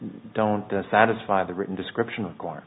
don't satisfy the written description of